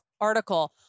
article